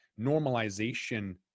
normalization